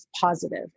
positive